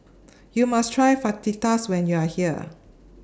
YOU must Try Fajitas when YOU Are here